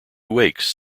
wakes